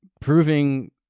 proving